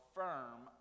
firm